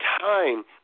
time